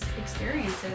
experiences